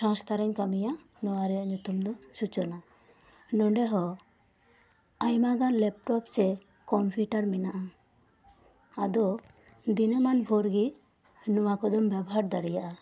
ᱥᱚᱥᱛᱷᱟ ᱨᱤᱧ ᱠᱟᱹᱢᱤᱭᱟ ᱱᱚᱣᱟ ᱨᱮᱭᱟᱜ ᱧᱩᱛᱩᱢ ᱫᱚ ᱥᱩᱪᱚᱱᱟ ᱱᱚᱰᱮ ᱦᱚᱸ ᱟᱭᱢᱟ ᱜᱮᱱ ᱞᱮᱯᱴᱚᱯ ᱥᱮ ᱠᱳᱢᱯᱤᱭᱩᱴᱟᱨ ᱢᱮᱱᱟᱜᱼᱟ ᱟᱫᱚ ᱫᱤᱱᱚᱢᱟᱱ ᱵᱷᱳᱨ ᱜᱮ ᱱᱚᱣᱟ ᱠᱚᱫᱚᱢ ᱵᱮᱵᱚᱦᱟᱨ ᱫᱟᱲᱮᱭᱟᱜᱼᱟ